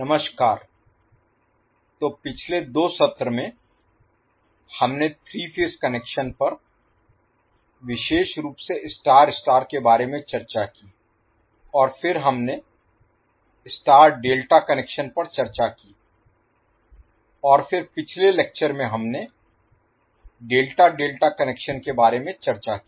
नमस्कार तो पिछले दो सत्र में हमने 3 फेज कनेक्शन पर विशेष रूप से स्टार स्टार के बारे में चर्चा की और फिर हमने स्टार डेल्टा कनेक्शन पर चर्चा की और फिर पिछले लेक्चर में हमने डेल्टा डेल्टा कनेक्शन के बारे में चर्चा की